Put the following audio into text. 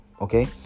Okay